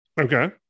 okay